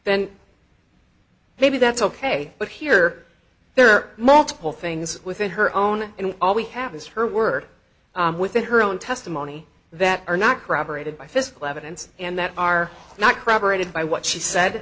then maybe that's ok but here there are multiple things within her own and all we have is her word within her own testimony that are not corroborated by physical evidence and that are not corroborated by what she said